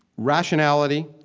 rationality,